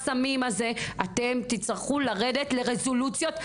אתם תצטרכו לרדת לרזולוציות.